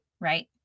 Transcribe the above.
right